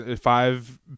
five